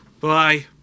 Bye